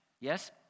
Yes